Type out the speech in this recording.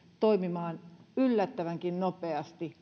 toimimaan yllättävänkin nopeasti